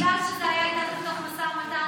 בגלל שזה היה איתם בתוך משא ומתן.